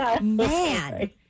man